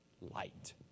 light